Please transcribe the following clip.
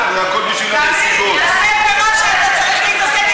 מהם הקריטריונים